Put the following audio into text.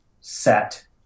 set